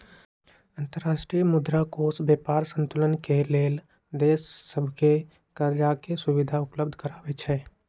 अंतर्राष्ट्रीय मुद्रा कोष व्यापार संतुलन के लेल देश सभके करजाके सुभिधा उपलब्ध करबै छइ